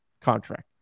contract